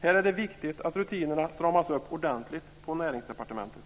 Här är det viktigt att rutinerna stramas upp ordentligt på Näringsdepartementet.